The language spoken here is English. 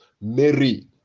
mary